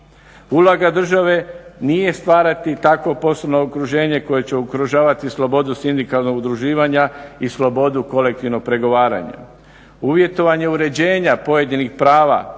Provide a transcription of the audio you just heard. Uloga države nije stvarati takvo poslovno okruženje koje će ugrožavati slobodu sindikalnog udruživanja i slobodu kolektivnog pregovaranja. Uvjetovanje uređenja pojedinih prava